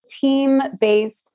team-based